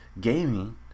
gaming